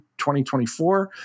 2024